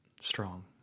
strong